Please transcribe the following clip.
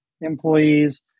employees